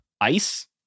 Ice